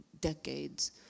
decades